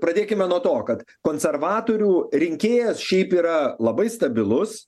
pradėkime nuo to kad konservatorių rinkėjas šiaip yra labai stabilus